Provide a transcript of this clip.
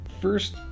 first